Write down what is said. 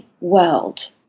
world